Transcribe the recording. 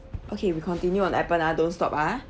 okay we continue on appen ah don't stop ah